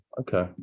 Okay